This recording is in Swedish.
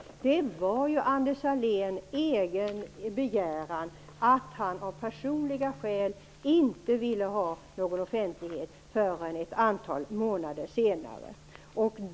Men Anders Sahlén sade själv -- det var alltså hans egen begäran -- att han av personliga skäl inte ville ha någon offentlighet förrän ett antal månader senare.